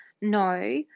No